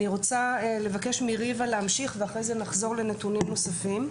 אני רוצה לבקש מריבה להמשיך ואחרי זה נחזור לנתונים נוספים.